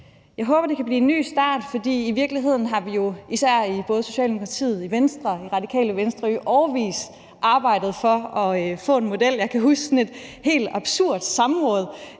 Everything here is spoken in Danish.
Jeg håber, det kan blive en ny start, for i virkeligheden har vi jo især i både Socialdemokratiet, Venstre og Radikale Venstre i årevis arbejdet for at få en model. Jeg kan huske et sådan helt absurd samråd,